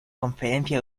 conferencia